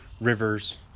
rivers